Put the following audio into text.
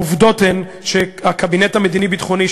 העובדות הן שהקבינט המדיני-ביטחוני,